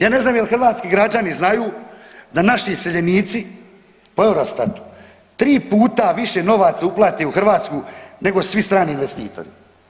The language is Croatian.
Ja ne znam jel' hrvatski građani znaju da naši iseljenici po Eurostatu 3 puta više novaca uplate u Hrvatsku nego svi strani investitori.